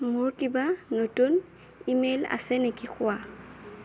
মোৰ কিবা নতুন ই মেইল আছে নেকি কোৱা